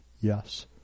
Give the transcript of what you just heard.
Yes